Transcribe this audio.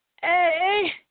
hey